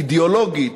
אידיאולוגית,